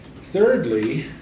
thirdly